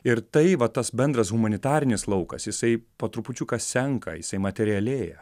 ir tai va tas bendras humanitarinis laukas jisai po trupučiuką senka jisai materialėja